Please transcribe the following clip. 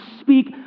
speak